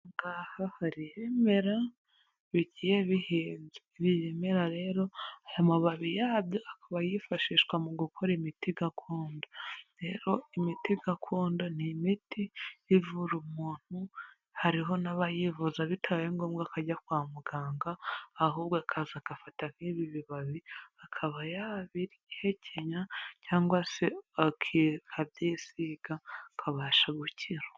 Aha ngaha hari ibimera bigiye bihinze. Ibi bimera rero, aya mababi yabyo akaba yifashishwa mu gukora imiti gakondo. Rero imiti gakondo ni imiti ivura umuntu, hariho n'abayivuza bitabaye ngombwa ko ajya kwa muganga, ahubwo akaza agafata nk'ibi bibabi, akaba yabihekenya cyangwa se akabyisiga akabasha gukira.